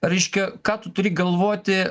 reiškia ką tu turi galvoti